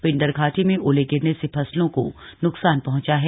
पिण्डर घाटी में ओले गिरने से फसलों को नुकसान पहॅचा है